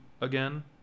again